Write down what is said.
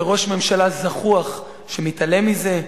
וראש ממשלה זחוח שמתעלם מזה.